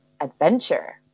adventure